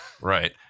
Right